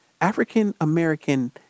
african-american